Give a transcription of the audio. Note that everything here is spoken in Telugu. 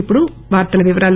ఇప్పుడు వార్తల వివరాలు